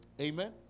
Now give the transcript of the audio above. Amen